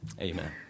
Amen